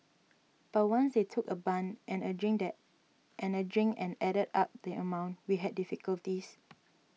but once they took a bun and a drink and added up the amount we had difficulties